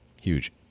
huge